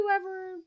whoever